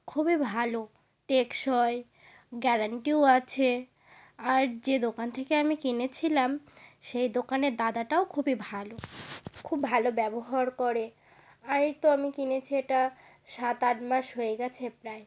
খুবই ভালো টেকসই গ্যারান্টিও আছে আর যে দোকান থেকে আমি কিনেছিলাম সেই দোকানের দাদাটাও খুবই ভালো খুব ভালো ব্যবহার করে আর এই তো আমি কিনেছি এটা সাত আট মাস হয়ে গেছে প্রায়